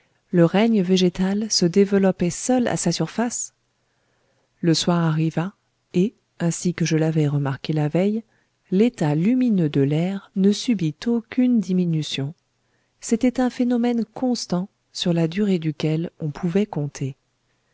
le règne végétal se développait seul à sa surface le soir arriva et ainsi que je l'avais remarqué la veille l'état lumineux de l'air ne subit aucune diminution c'était un phénomène constant sur la durée duquel on pouvait compter